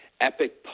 epic